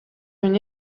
une